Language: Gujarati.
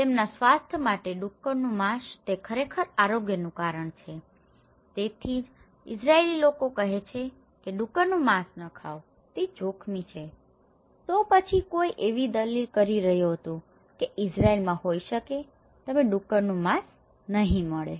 તેમના સ્વાસ્થ્ય માટે ડુક્કરનું માંસ તે ખરેખર આરોગ્યનું કારણ છે તેથી જ ઇઝરાયલી લોકો કહે છે કે ડુક્કરનું માંસ ન ખાઓ તે જોખમી છે તો પછી કોઈ એવી દલીલ કરી રહ્યું હતું કે ઇઝરાઇલમાં હોઈ શકે છે તમને ડુક્કરનું માંસ નહીં મળે